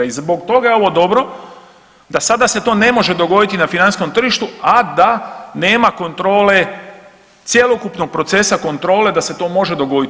I zbog toga je ovo dobro, da sada se to ne može dogoditi na financijskom tržištu, a da nema kontrole cjelokupnog procesa kontrole da se to može dogoditi.